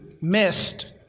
missed